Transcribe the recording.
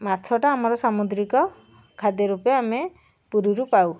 ମାଛଟା ଆମର ସାମୁଦ୍ରିକ ଖାଦ୍ୟ ରୂପେ ଆମେ ପୁରୀରୁ ପାଉ